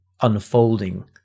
unfolding